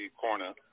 corner